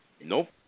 nope